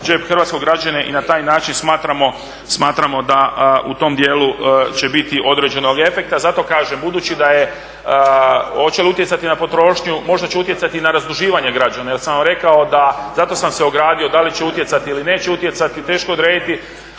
hrvatskog građanina i na taj način smatramo da u tom dijelu će biti određenog efekta. Zato kažem budući da je, hoće li utjecati na potrošnju, možda će utjecati i na razduživanje građana jer sam vam rekao da, zato sam se ogradio da li će utjecati ili neće utjecati, teško je odrediti.